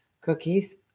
Cookies